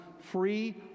free